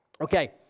Okay